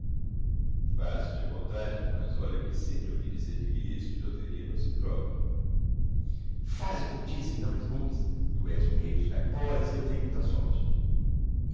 faço te a vontade mas olha que sempre ouvi dizer que bilhetes de loteria não se trocam faze o que eu disse e não resmungues tu és o rei dos caiporas e eu tenho muita sorte